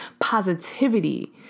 positivity